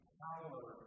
power